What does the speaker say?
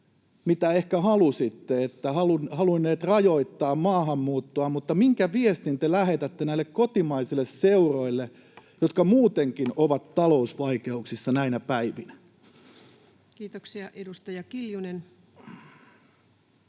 mitä ehkä halusitte, eli olette halunneet rajoittaa maahanmuuttoa, mutta minkä viestin te lähetätte näille kotimaisille seuroille, jotka muutenkin ovat talousvaikeuksissa näinä päivinä? Kiitoksia. — Edustaja Kiljunen.